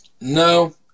No